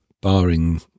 barring